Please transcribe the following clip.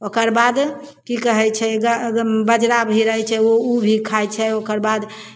ओकर बाद की कहै छै बाजरा भी रहै छै ओ ओ भी खाइ छै ओकर बाद